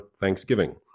thanksgiving